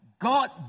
God